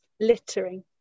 littering